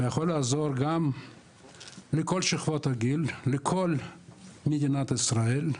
ויכול לעזור גם לכל שכבות הגיל, לכל מדינת ישראל,